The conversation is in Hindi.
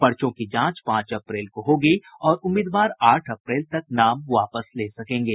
पर्चों की जांच पांच अप्रैल होगी और उम्मीदवार आठ अप्रैल तक नाम वापस ले सकेंगे